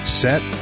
set